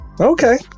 Okay